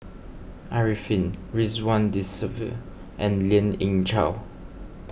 Arifin Ridzwan Dzafir and Lien Ying Chow